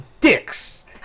dicks